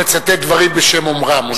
הוא מצטט דברים בשם אומרם.